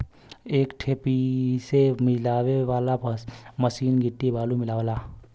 एक ठे पीसे मिलावे वाला मसीन गिट्टी बालू मिलावला